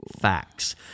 facts